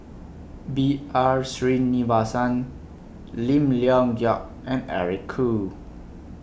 B R Sreenivasan Lim Leong Geok and Eric Khoo